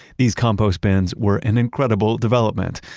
these compost bins were an incredible development,